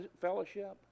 fellowship